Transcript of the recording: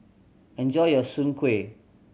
enjoy your Soon Kueh